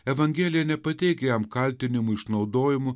evangelija nepateikia jam kaltinimų išnaudojimu